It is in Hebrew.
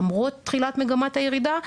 למרות תחילת מגמת הירידה.